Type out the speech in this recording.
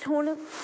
ਹੁਣ